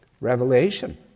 Revelation